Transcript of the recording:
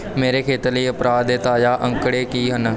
ਮੇਰੇ ਖੇਤਰ ਲਈ ਅਪਰਾਧ ਦੇ ਤਾਜ਼ਾ ਅੰਕੜੇ ਕੀ ਹਨ